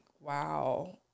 wow